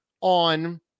on